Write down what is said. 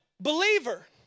believer